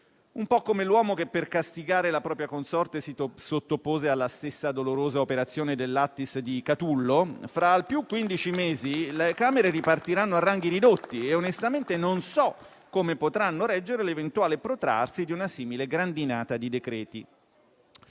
un po' come l'uomo che per castigare la propria consorte si sottopose alla stessa dolorosa operazione dell'Attis di Catullo - fra, al più, quindici mesi le Camere ripartiranno a ranghi ridotti e onestamente non so come potranno reggere l'eventuale protrarsi di una simile grandinata di decreti.